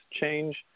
change